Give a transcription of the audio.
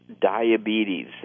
diabetes